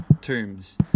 tombs